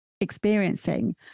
experiencing